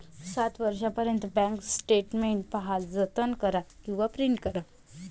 सात वर्षांपर्यंत bank statement पहा, जतन करा किंवा प्रिंट करा